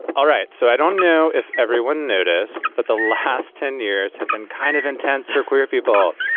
all right so i don't know if everyone noticed, but the last ten years have been kind of intense for queer people.